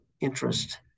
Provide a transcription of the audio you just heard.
interest